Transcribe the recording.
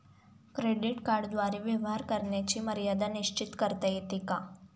Credit कार्डद्वारे व्यवहार करण्याची मर्यादा निश्चित करता येते का?